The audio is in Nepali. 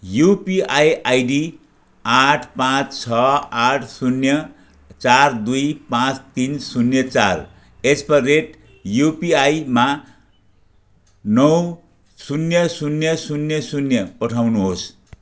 युपिआई आइडी आठ पाँच छ आठ शून्य चार दुई पाँच तिन शून्य चार एट द रेट युपिआईमा नौ शून्य शून्य शून्य शून्य पठाउनुहोस्